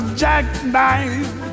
jackknife